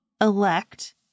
elect